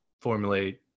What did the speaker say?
formulate